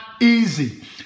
easy